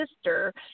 sister